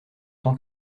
tant